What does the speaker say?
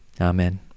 Amen